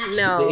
no